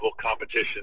competition